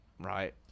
Right